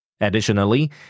Additionally